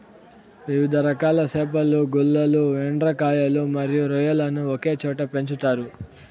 వివిధ రకాల చేపలను, గుల్లలు, ఎండ్రకాయలు మరియు రొయ్యలను ఒకే చోట పెంచుతారు